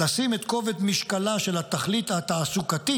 לשים את כובד משקלה של התכלית התעסוקתית,